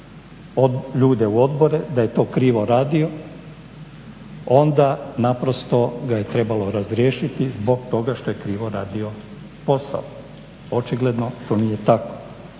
ljude u odbore da je to krivo radio onda naprosto ga je trebalo razriješiti zbog toga što je krivo radio posao, očigledno to nije tako.